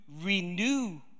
renew